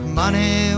money